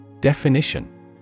Definition